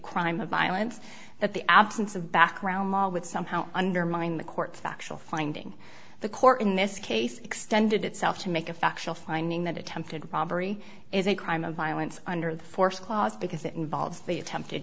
crime of violence that the absence of background mall with somehow undermined the court's factual finding the court in this case extended itself to make a factual finding that attempted robbery is a crime of violence under the force clause because it involves the attempt